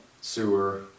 sewer